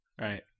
Right